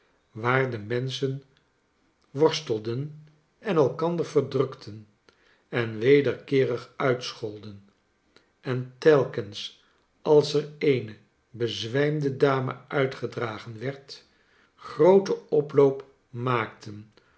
waar demenschen worstelden en elkander verdrukten en wederkeerig uitscholden en telkens als er eene bezwijmde dame uitgedragen werd grooten oploopmaakten